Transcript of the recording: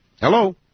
Hello